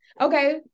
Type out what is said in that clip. Okay